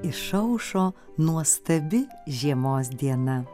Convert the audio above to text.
išaušo nuostabi žiemos diena